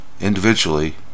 individually